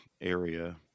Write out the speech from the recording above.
area